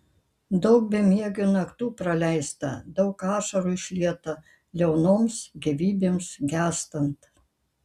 daug bemiegių naktų praleista daug ašarų išlieta liaunoms gyvybėms gęstant